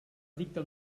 dictar